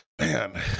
Man